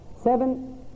Seven